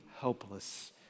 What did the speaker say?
helpless